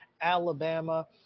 Alabama